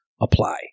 apply